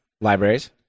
libraries